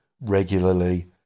regularly